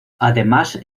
además